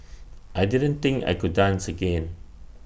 I didn't think I could dance again